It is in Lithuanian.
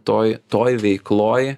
toj toj veikloj